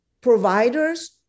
providers